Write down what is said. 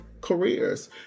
careers